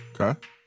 Okay